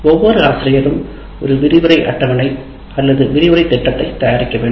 ஒவ்வொரு ஆசிரியரும் ஒரு விரிவுரை அட்டவணை விரிவுரை திட்டத்தை தயாரிக்க வேண்டும்